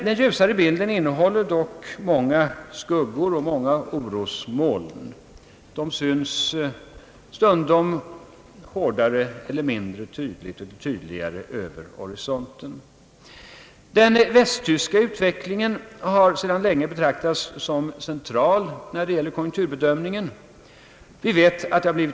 Den ljusare bilden innehåller dock många skuggor och många orosmoln, som framträder mer eller mindre tydligt i horisonten. Den västtyska utvecklingen har sedan länge betraktats som central när det gäller konjunkturbedömningen.